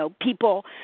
People